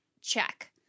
check